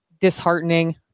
disheartening